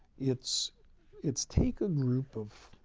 it's it's take a group of,